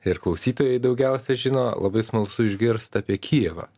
ir klausytojai daugiausia žino labai smalsu išgirsta apie kijevą